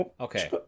Okay